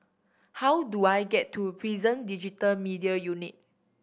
how do I get to Prison Digital Media Unit